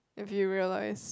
if you realised